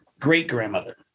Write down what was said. great-grandmother